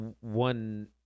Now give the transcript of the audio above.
one